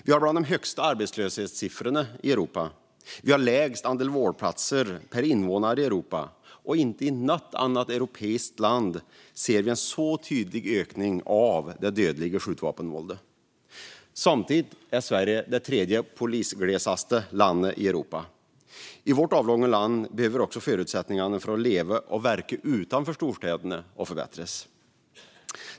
Vi har bland de högsta arbetslöshetssiffrorna i Europa, vi har lägst andel vårdplatser per invånare i Europa och inte i något annat europeiskt land ser vi en så tydlig ökning av det dödliga skjutvapenvåldet. Samtidigt är Sverige det tredje mest polisglesa landet i Europa. I vårt avlånga land behöver också förutsättningarna för att leva och verka utanför storstäderna förbättras.